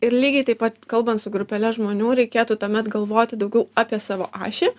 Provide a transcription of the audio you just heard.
ir lygiai taip pat kalbant su grupele žmonių reikėtų tuomet galvoti daugiau apie savo ašį